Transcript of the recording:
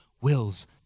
wills